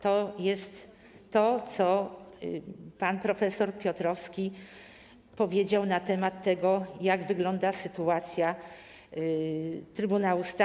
To jest to, co pan prof. Piotrowski powiedział na temat tego, jak wygląda sytuacja Trybunału Stanu.